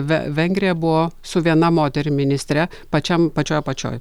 ve vengrija buvo su viena moterim ministre pačiam pačioj apačioj